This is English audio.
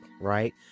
right